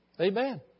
Amen